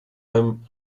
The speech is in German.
beim